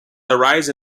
arise